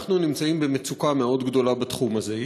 אנחנו נמצאים במצוקה גדולה מאוד בתחום הזה.